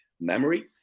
memory